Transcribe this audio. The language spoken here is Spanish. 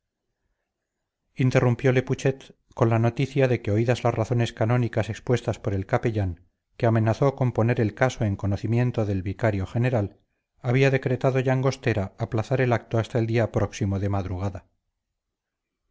ay de mí interrumpiole putxet con la noticia de que oídas las razones canónicas expuestas por el capellán que amenazó con poner el caso en conocimiento del vicario general había decretado llangostera aplazar el acto hasta el día próximo de madrugada